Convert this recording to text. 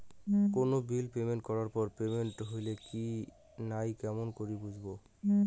কোনো bill payment করার পর পেমেন্ট হইল কি নাই কেমন করি বুঝবো?